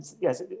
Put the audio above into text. yes